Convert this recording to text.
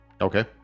Okay